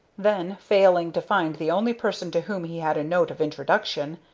then, failing to find the only person to whom he had a note of introduction,